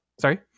Sorry